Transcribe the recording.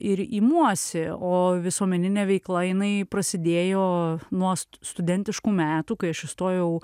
ir imuosi o visuomeninė veikla jinai prasidėjo nuo studentiškų metų kai aš įstojau